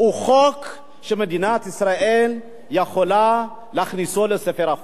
הוא חוק שמדינת ישראל יכולה להכניסו לספר החוקים?